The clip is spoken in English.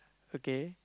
okay